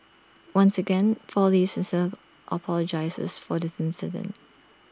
once again four leaves sincerely apologises for this incident